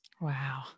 Wow